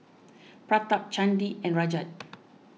Pratap Chandi and Rajat